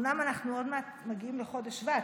אומנם אנחנו עוד מעט מגיעים לחודש שבט,